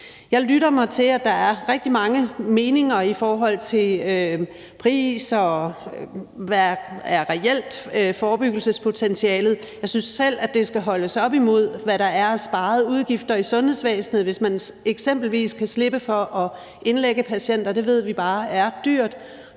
Jeg lytter mig til, at der er rigtig mange meninger i forhold til priser, og hvad der reelt er forebyggelsespotentialet. Jeg synes selv, at det skal holdes op imod, hvad der er af sparede udgifter i sundhedsvæsenet, hvis man eksempelvis kan slippe for at indlægge patienter. For det ved vi bare er dyrt,